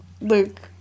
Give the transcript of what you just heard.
Luke